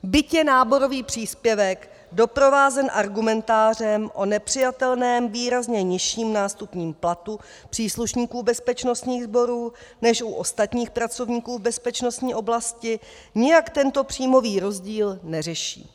Byť je náborový příspěvek doprovázen argumentářem o nepřijatelném, výrazně nižším nástupním platu příslušníků bezpečnostních sborů než u ostatních pracovníků v bezpečnostní oblasti, nijak tento příjmový rozdíl neřeší.